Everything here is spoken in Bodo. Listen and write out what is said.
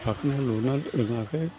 फाइखाना लुनो रोंयाखै